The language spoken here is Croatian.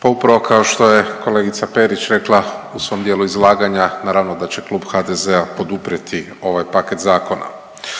Pa upravo kao što je kolegica Perić rekla u svom dijelu izlaganja naravno da će klub HDZ-a poduprijeti ovaj paket zakona.